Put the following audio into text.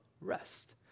rest